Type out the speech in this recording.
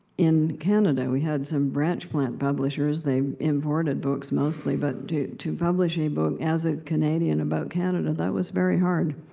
in canada. we had some branch plant publishers they imported books mostly but to to publish a book as a canadian about canada, that was very hard.